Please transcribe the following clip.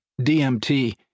DMT